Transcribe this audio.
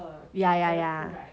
ya ya ya